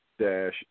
dash